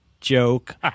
joke